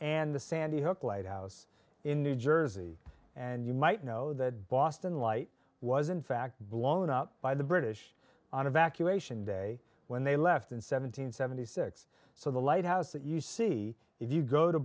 and the sandy hook lighthouse in new jersey and you might know that boston light was in fact blown up by the british on evacuation day when they left in seven hundred seventy six so the lighthouse that you see if you go to